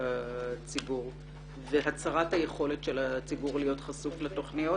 הציבור והצהרת היכולת של הציבור להיות חשוף לתוכניות,